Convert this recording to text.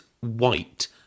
white